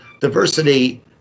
diversity